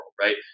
right